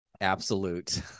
absolute